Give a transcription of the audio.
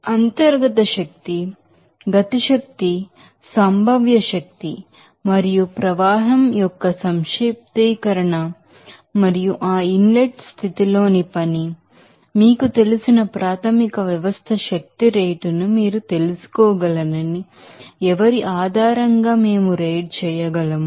internal energy kinetic energy potential energy మరియు flow యొక్క సంక్షిప్తీకరణ మరియు ఆ ఇన్ లెట్ స్థితిలో పని అని మీకు తెలిసిన ప్రాథమిక వ్యవస్థ శక్తి రేటును మీరు తెలుసుకోగలరని ఎవరి ఆధారంగా మేము రైడ్ చేయగలము